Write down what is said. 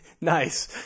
Nice